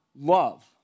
love